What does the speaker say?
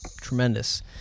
Tremendous